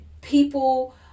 people